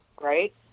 right